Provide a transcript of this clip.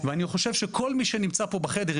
אני חושב שכל מי שנמצא פה בחדר,